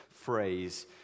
phrase